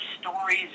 stories